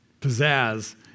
pizzazz